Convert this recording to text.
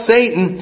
Satan